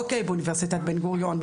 באוניברסיטת בן גוריון,